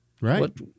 Right